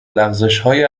لغزشهای